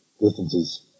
distances